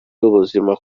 y’ubuzima